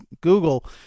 Google